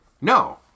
No